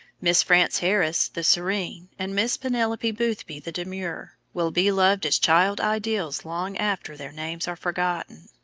miss frances harris, the serene, and miss penelope boothby, the demure, will be loved as child ideals long after their names are forgotten.